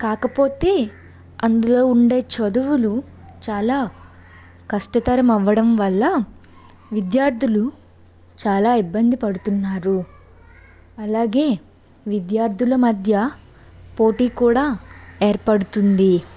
కాకపోతే అందులో ఉండే చదువులు చాలా కష్టతరం అవడం వల్ల విద్యార్థులు చాలా ఇబ్బంది పడుతున్నారు అలాగే విద్యార్థుల మధ్య పోటీ కూడా ఏర్పడుతుంది